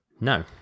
no